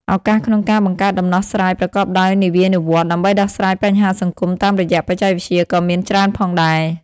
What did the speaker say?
ឱកាសក្នុងការបង្កើតដំណោះស្រាយប្រកបដោយនវានុវត្តន៍ដើម្បីដោះស្រាយបញ្ហាសង្គមតាមរយៈបច្ចេកវិទ្យាក៏មានច្រើនផងដែរ ។